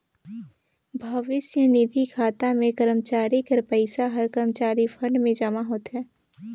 भविस्य निधि खाता में करमचारी कर पइसा हर करमचारी फंड में जमा होथे